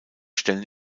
stellen